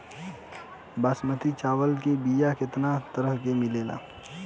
बासमती चावल के बीया केतना तरह के मिलेला?